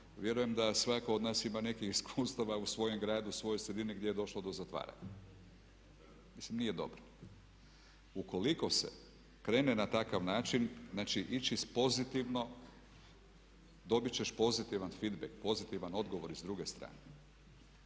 Vjerujem da svatko od nas ima nekih iskustava u svojem gradu, svojoj sredini gdje je došlo do zatvaranja. Mislim nije dobro. Ukoliko se krene na takav način, znači ići pozitivno dobit ćeš pozitivan fitback, pozitivan odgovor i s druge strane.